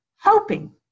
hoping